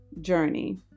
Journey